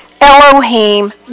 Elohim